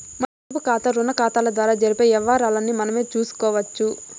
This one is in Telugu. మన పొదుపుకాతా, రుణాకతాల ద్వారా జరిపే యవ్వారాల్ని మనమే సూసుకోవచ్చు